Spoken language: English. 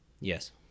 Yes